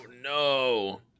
no